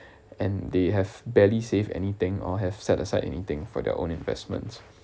and they have barely saved anything or have set aside anything for their own investments